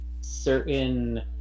certain